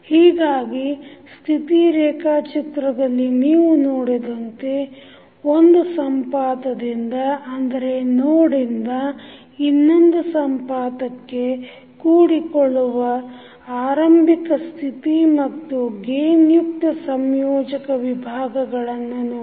ಹೀಗಾಗಿ ಸ್ಥಿತಿ ರೇಖಾಚಿತ್ರದಲ್ಲಿ ನೀವು ನೋಡಿದಂತೆ ಒಂದು ಸಂಪಾತದಿಂದ ಇನ್ನೊಂದು ಸಂಪಾತಕ್ಕೆ ಕೂಡಿಕೊಳ್ಳುವ ಆರಂಭಿಕ ಸ್ಥಿತಿ ಮತ್ತು ಗೇನ್ ಯುಕ್ತ ಸಂಯೋಜಕ ವಿಭಾಗಗಳನ್ನು ನೋಡಿದ್ದೇವೆ